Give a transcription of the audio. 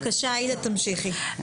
עאידה, תמשיכי.